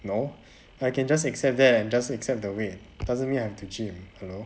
no I can just accept that and just accept the weight doesn't mean I have to gym hello